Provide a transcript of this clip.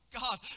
God